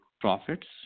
profits